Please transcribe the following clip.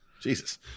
Jesus